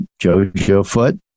JoJoFoot